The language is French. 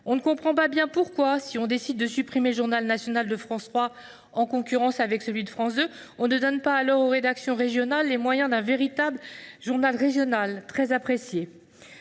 On ne comprend pas bien non plus pourquoi, si l’on décide de supprimer le journal national de France 3, concurrent de celui de France 2, on ne donne pas aux rédactions régionales les moyens de mettre en œuvre un véritable journal régional, très apprécié.